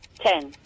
Ten